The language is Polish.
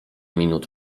minut